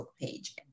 page